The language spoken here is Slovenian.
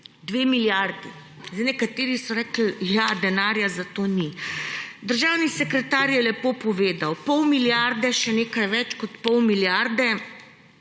2 milijardi. Nekateri so rekli, da denarja za to ni. Državni sekretar je lepo povedal, pol milijarde, še nekaj več kot pol milijarde